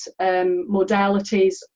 modalities